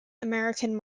american